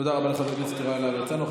תודה רבה, חבר הכנסת יוראי להב הרצנו.